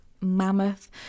mammoth